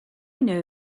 know